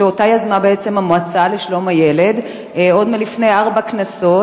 שבעצם יזמה אותה המועצה לשלום הילד עוד לפני ארבע כנסות,